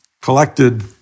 collected